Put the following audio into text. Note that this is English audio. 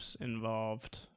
involved